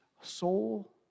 soul